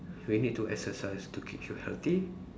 we need to exercise to keep you healthy